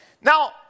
Now